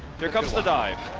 here comes the dive.